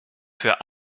für